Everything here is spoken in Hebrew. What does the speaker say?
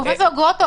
פרופ' גרוטו,